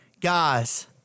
Guys